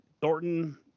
Thornton